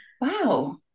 wow